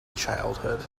childhood